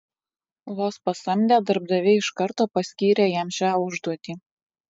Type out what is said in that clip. vos pasamdę darbdaviai iš karto paskyrė jam šią užduotį